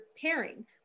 pairing